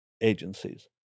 agencies